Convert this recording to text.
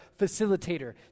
facilitator